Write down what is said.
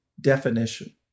definition